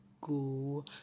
go